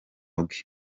bwe